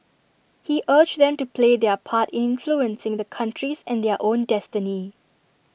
he urged them to play their part in influencing the country's and their own destiny